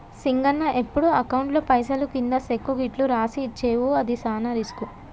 సింగన్న ఎప్పుడు అకౌంట్లో పైసలు కింది సెక్కు గిట్లు రాసి ఇచ్చేవు అది సాన రిస్కు